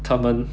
他们